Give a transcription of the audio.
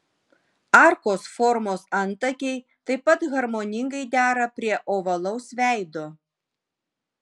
arkos formos antakiai taip pat harmoningai dera prie ovalaus veido